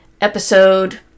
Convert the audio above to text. episode